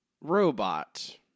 Robot